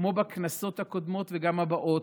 כמו בכנסות הקודמות וגם בבאות,